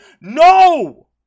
No